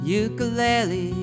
ukulele